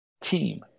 team